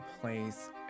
place